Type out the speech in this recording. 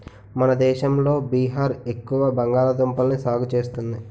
మన దేశంలో బీహార్ ఎక్కువ బంగాళదుంపల్ని సాగు చేస్తుంది